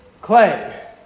clay